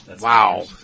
Wow